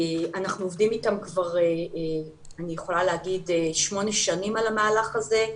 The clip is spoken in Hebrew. אנחנו עובדים איתם כמעט 12 שנים על המהלך הזה.